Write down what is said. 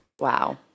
Wow